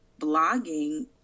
blogging